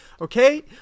okay